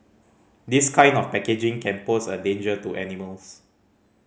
this kind of packaging can pose a danger to animals